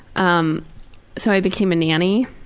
um so i became a nanny